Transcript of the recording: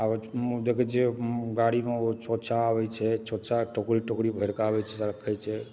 देखै छियै गाड़ीमे ओ चोंचा आबै छै चोंचा टोकरी टोकरी भरि कऽ आबय छै से राखए छै